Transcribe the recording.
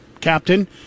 captain